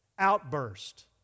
outburst